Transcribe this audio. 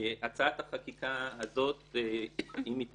הצעת החקיקה הזאת, אם היא תקודם,